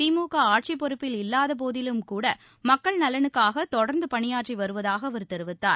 திமுக ஆட்சிப் பொறுப்பில் இல்லாதபோதிலும் கூட மக்கள் நலனுக்காக தொடர்ந்து பணியாற்றி வருவதாக அவர் தெரிவித்தார்